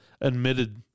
admitted